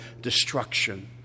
destruction